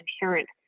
inherent